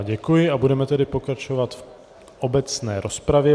Děkuji a budeme tedy pokračovat v obecné rozpravě.